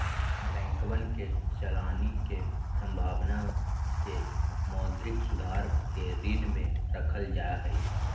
बैंकवन के चलानी के संभावना के मौद्रिक सुधार के श्रेणी में रखल जाहई